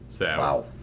Wow